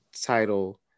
title